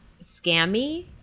scammy